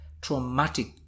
traumatic